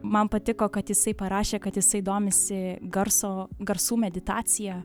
man patiko kad jisai parašė kad jisai domisi garso garsų meditacija